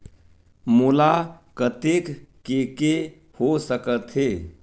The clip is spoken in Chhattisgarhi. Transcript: मोला कतेक के के हो सकत हे?